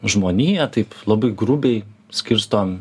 žmoniją taip labai grubiai skirstom